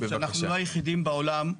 שאנחנו לא היחידים בעולם,